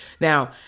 Now